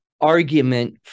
argument